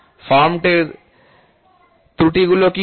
ফর্মগুলির ত্রুটিগুলি কী কী